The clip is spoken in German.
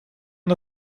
man